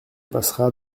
passera